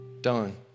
Done